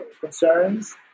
concerns